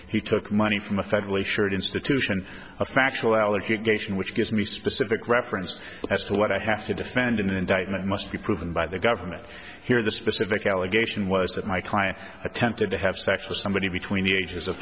he took money from the federal a short institution a factual allegation which gives me specific reference as to what i have to defend in the indictment must be proven by the government here the specific allegation was that my client attempted to have sex with somebody between the ages of